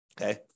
Okay